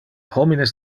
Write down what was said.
homines